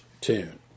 tune